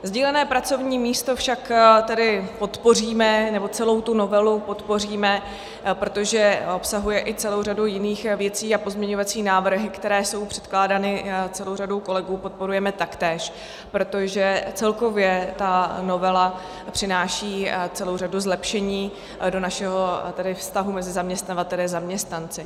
Sdílené pracovní místo však podpoříme, nebo celou tu novelu podpoříme, protože obsahuje i celou řadu jiných věcí, a pozměňovací návrhy, které jsou předkládány celou řadou kolegů, podporujeme taktéž, protože celkově ta novela přináší celou řadu zlepšení do vztahu mezi zaměstnavateli a zaměstnanci.